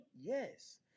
Yes